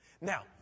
Now